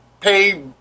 pay